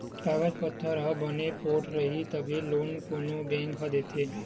कागज पाथर ह बने पोठ रइही तभे लोन कोनो बेंक ह देथे